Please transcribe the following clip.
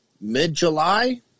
mid-July